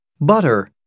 butter